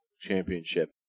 Championship